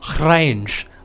range